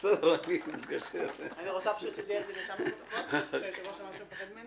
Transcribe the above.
או מבוצעים בשינוי כבד ברפורמה